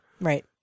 Right